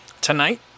tonight